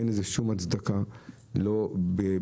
אין להתערבות שום הצדקה גם מבחינה